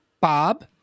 bob